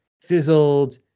fizzled